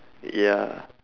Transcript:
ya